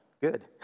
Good